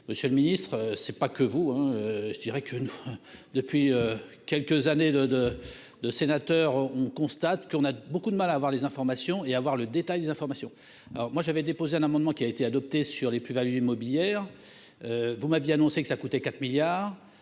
monsieur le Ministre, c'est pas que vous, hein, je dirais que nous, depuis quelques années, de, de, de sénateurs on, on constate qu'on a beaucoup de mal à avoir les informations et avoir le détail des informations alors moi j'avais déposé un amendement qui a été adoptée sur les plus-values immobilières, vous m'aviez annoncé que ça coûtait 4 milliards